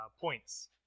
points